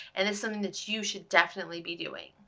and it's something that you should definitely be doing.